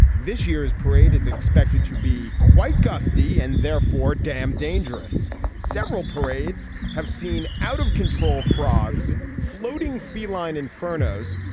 this year's parade is expected to be quite gusty and therefore damn dangerous several parades have seen out-of-control frogs floating feline infernos.